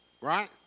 Right